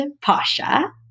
Pasha